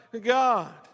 God